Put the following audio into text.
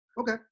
Okay